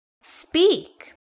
Speak